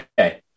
Okay